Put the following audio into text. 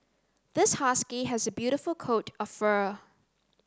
this husky has a beautiful coat of fur